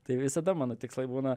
tai visada mano tikslai būna